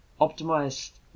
optimized